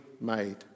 made